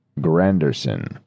Granderson